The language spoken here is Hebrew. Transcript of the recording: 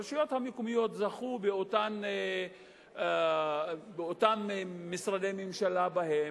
הרשויות המקומיות זכו באותם משרדי ממשלה בהן